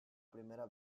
primera